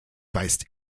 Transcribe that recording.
weist